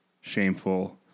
shameful